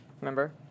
Remember